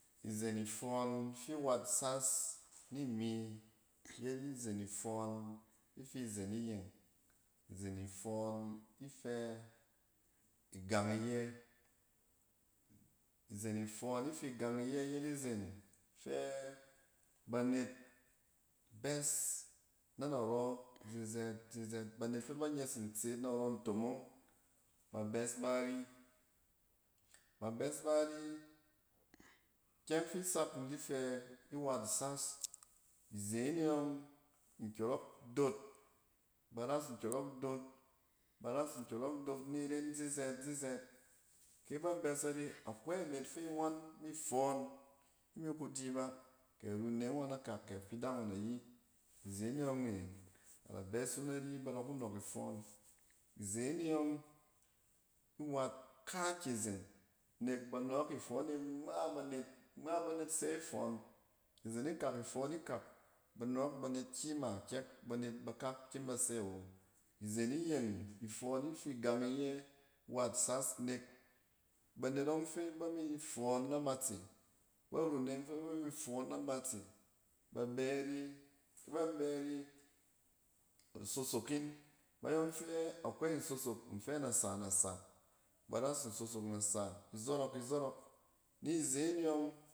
Izen ifɔɔn fi wat sas ni mi, yet izen ifɔɔn ifiu zen iyeng. Izen ifɔɔn ifɛ igang iyɛ. Izen ifɔɔn ifi gang iyɛ yet izen fɛ banet bɛs na narɔ zizɛɛt zizɛɛt. Banet fɛ ba nyes ntseet narɔ ntomong, ba bɛs ba ari, ba bɛs ba ari. Ikyɛng gi sak imi di fɛ iwat sas, izeen e ɔng nkyɔrɔk dot, bɛ ras nkyɔrɔk dot, ba ras nkyɔrɔk dot niren zizɛɛt, zizɛɛt kɛ ba bɛs ari, akwai anet fi ngɔn mi fɔɔn imi ku di ba, kɛ runneng ngɔn akak, kɛ afidang ngɔn ayi, izeene yɔng ne, ada bɛs wu nari ba da ku nɔk ifɔɔn. Izeene yɔng iwat kaakizen, nek ba nɔɔk ifɔɔn e ngma banet, ngma banet se ifɔɔn. Izen ikak ifɔɔn ikak, ba nɔɔk banet kima kyɛk, banet bakak kyem ba sɛ awo. Izen iyen ifɔɔn ifi gang iyɛ wat sas nek banet ɔng fɛ ba mi fɔɔn na matse, ba runneng fɛ ba mi fɔɔn na matse ba bɛ ri. Kɛ ba bɛ ri, isosok yin. Bayɔng fɛ akwai nsosok nfɛ na sa nasa. ba ras nsosok nasa, izɔrɔk izɔrɔk, ni zene yɔng